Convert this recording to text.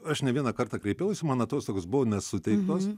aš ne vieną kartą kreipiausi man atostogos buvo nesuteiktos